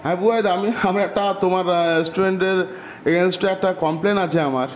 হ্যাঁ বুবাইদা আমি হ্যাঁ একটা তোমার রেস্টুরেন্টের এগেন্সটে একটা কমপ্লেন আছে আমার